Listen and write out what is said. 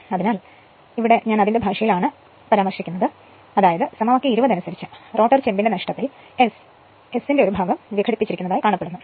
അതിനാൽ ഞാൻ അതിന്റെ ഭാഷയിലാണ് എഴുതുന്നത് സമവാക്യം 20 അനുസരിച്ച് റോട്ടർ ചെമ്പിന്റെ നഷ്ടത്തിൽ എസ് ന്റെ ഒരു ഭാഗം വിഘടിപ്പിക്കപ്പെടുന്നു